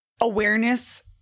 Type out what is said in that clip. awareness